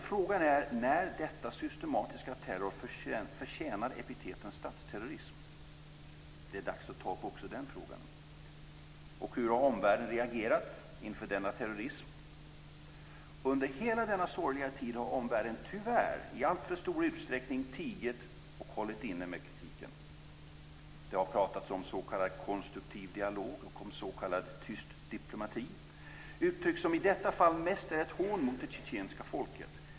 Frågan är när denna systematiska terror förtjänar att få epitetet statsterrorism? Det är dags att ta upp också den frågan. Och hur har omvärlden reagerat inför denna terrorism? Under hela denna sorgliga tid har omvärlden tyvärr i alltför stor utsträckning tigit och hållit inne med kritiken. Det har pratats om s.k. konstruktiv dialog och om s.k. tyst diplomati, uttryck som i detta fall mest är ett hån mot det tjetjenska folket.